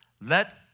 Let